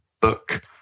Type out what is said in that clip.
book